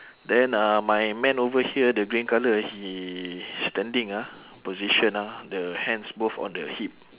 then uh my man over here the green colour he standing ah position ah the hands both on the hip